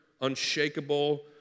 unshakable